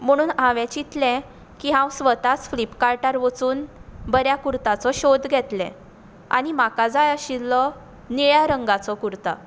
म्हणून हांवें चितलें की हांव स्वताच फ्लिपकार्टार वचून बऱ्या कुर्ताचो सोद घेतलें आनी म्हाका जाय आशिल्लो निळ्या रंगाचो कुर्ता